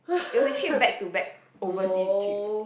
it was actually a back to back overseas trip